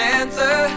answer